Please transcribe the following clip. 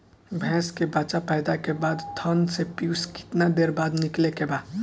भैंस के बच्चा पैदा के बाद थन से पियूष कितना देर बाद निकले के बा?